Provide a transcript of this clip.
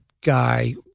guy